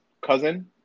cousin